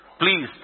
Please